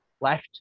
left